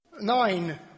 Nine